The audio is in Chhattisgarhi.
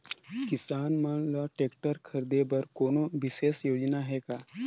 किसान मन ल ट्रैक्टर खरीदे बर कोनो विशेष योजना हे का?